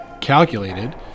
calculated